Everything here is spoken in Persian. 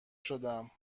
شدم